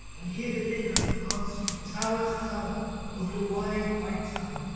and hear the midnight answered from tower to tower over the wide white town.